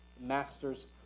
master's